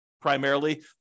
primarily